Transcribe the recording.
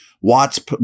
Watts